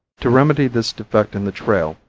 to remedy this defect in the trail,